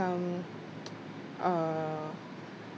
um uh